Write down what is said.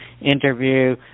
interview